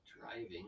driving